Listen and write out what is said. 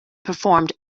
performed